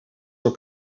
door